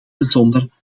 bijzonder